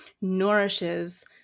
nourishes